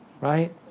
right